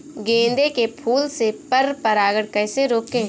गेंदे के फूल से पर परागण कैसे रोकें?